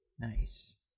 Nice